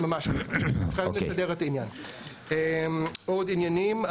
עוד עניינים,